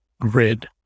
grid